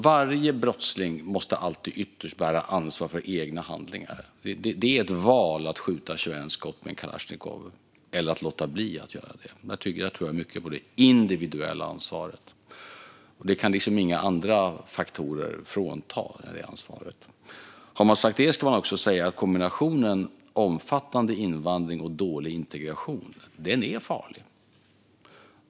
Varje brottsling måste alltid ytterst bära ansvar för sina egna handlingar. Det är ett val att skjuta 21 skott med en kalasjnikov eller att låta bli att göra det. Jag tror mycket på det individuella ansvaret där. Inga andra faktorer kan frånta en det ansvaret. Har man sagt det ska man också säga att kombinationen omfattande invandring och dålig integration är farlig.